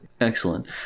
Excellent